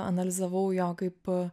analizavau jo kaip